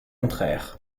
contraire